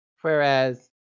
Whereas